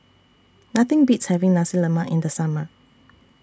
Nothing Beats having Nasi Lemak in The Summer